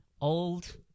Old